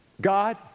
God